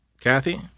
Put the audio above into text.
Kathy